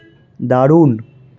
দারুণ